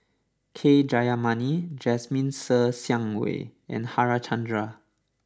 K Jayamani Jasmine Ser Xiang Wei and Harichandra